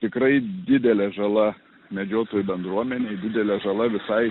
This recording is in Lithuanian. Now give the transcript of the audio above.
tikrai didelė žala medžiotojų bendruomenei didelė žala visai